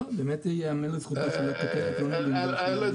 אולי זה